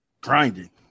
Grinding